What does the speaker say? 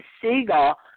seagull